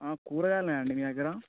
కూరగాయలున్నాయాండి మీ దగ్గర